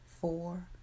four